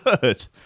good